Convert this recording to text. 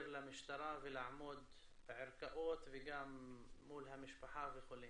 למשטרה ולעמוד בערכאות וגם מול המשפחה וכו'.